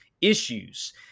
issues